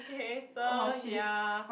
okay so ya